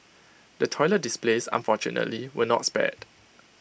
the toilet displays unfortunately were not spared